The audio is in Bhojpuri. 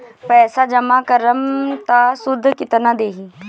पैसा जमा करम त शुध कितना देही?